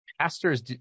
pastors